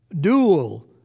dual